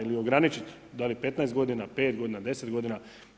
Ili ograničiti da li 15 godina, 5 godina, 10 godina.